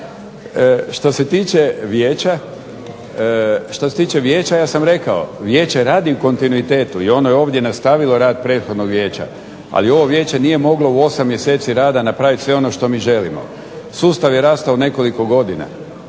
Što se tiče vijeća, ja sam rekao vijeće radi u kontinuitetu i ono je ovdje nastavilo rad prethodnog vijeća. Ali ovo vijeće nije moglo u 8 mjeseci rada napraviti sve ono što mi želimo. Sustav je rastao nekoliko godina.